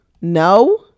no